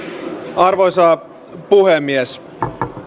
arvoisa puhemies